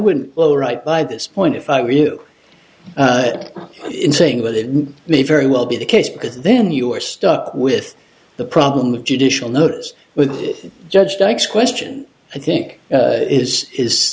wouldn't blow right by this point if i were you in saying that it may very well be the case because then you are stuck with the problem of judicial notice with judge dykes question i think is is